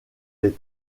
les